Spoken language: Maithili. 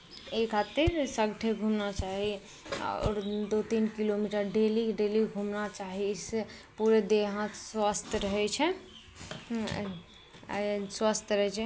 ई खातिर सभकेँ घूमना चाही आओर दू तीन किलोमीटर डेलीके डेली घूमना चाही इससे पूरे देह हाथ स्वस्थ रहै छै आ ई स्वस्थ रहै छै